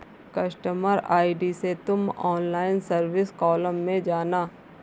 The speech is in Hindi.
कस्टमर आई.डी से तुम ऑनलाइन सर्विस कॉलम में जाना